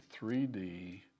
3D